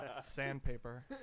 sandpaper